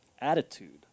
attitude